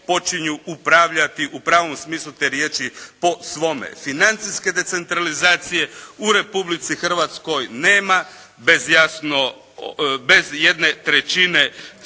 počinju upravljati u pravom smislu te riječi po svome. Financijske decentralizacije u Republici Hrvatskoj nema bez jedne trećine sredstava